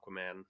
aquaman